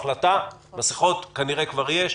מסכות כנראה כבר יש.